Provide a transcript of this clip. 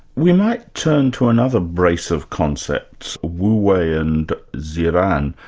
we might turn to another brace of concepts, wu wei and ziran.